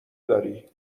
داری